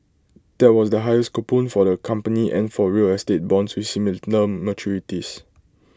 that was the highest coupon for the company and for real estate bonds with similar maturities